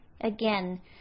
Again